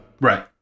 Right